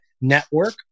Network